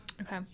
Okay